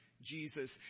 Jesus